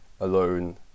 alone